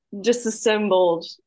disassembled